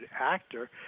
actor